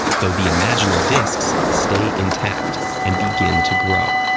though the imaginal discs stay intact and begin to grow.